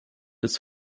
des